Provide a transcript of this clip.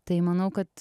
tai manau kad